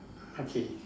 okay